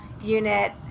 unit